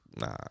nah